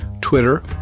Twitter